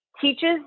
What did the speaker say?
teaches